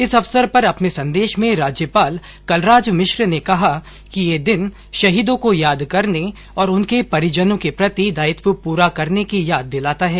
इस अवसर पर अपने संदेश में राज्यपाल कलराज मिश्र ने कहा कि ये दिन शहीदों को याद करने और उनके परिजनों के प्रति दायित्व पूरा करने की याद दिलाता है